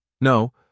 No